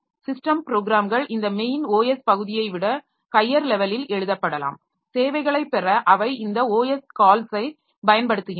system ப்ரோக்ராம்கள் இந்த main OS பகுதியை விட ஹையர் லெவலில் எழுதப்படலாம் சேவைகளை பெற அவை இந்த OS கால்ஸை பயன்படுத்துகின்றன